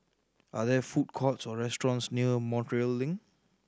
are there food courts or restaurants near Montreal Link